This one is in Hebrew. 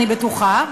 אני בטוחה.